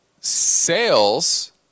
sales